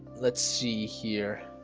let's see here.